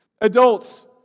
Adults